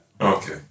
Okay